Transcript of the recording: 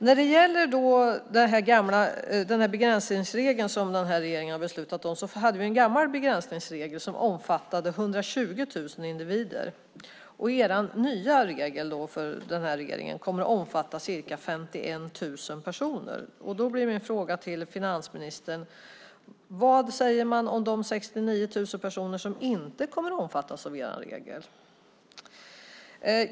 När det gäller den begränsningsregel som den här regeringen har beslutat om hade vi en gammal begränsningsregel som omfattade 120 000 individer. Den här regeringens nya regel kommer att omfatta ca 51 000 personer. Då blir min fråga till finansministern: Vad säger man om de 69 000 personer som inte kommer att omfattas av er regel?